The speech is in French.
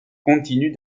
continue